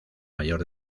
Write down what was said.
mayor